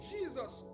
Jesus